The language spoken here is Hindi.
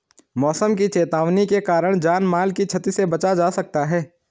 मौसम की चेतावनी के कारण जान माल की छती से बचा जा सकता है